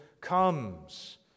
comes